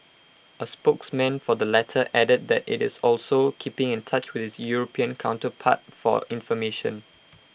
A spokesman for the latter added that IT is also keeping in touch with its european counterpart for information